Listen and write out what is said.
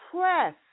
Press